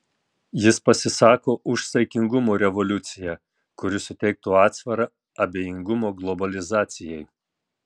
jis pasisako už saikingumo revoliuciją kuri suteiktų atsvarą abejingumo globalizacijai